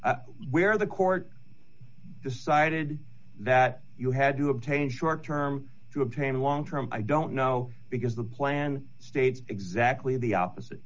where the court decided that you had to obtain short term to obtain long term i don't know because the plan states exactly the opposite